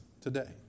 today